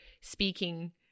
speaking